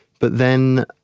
but then,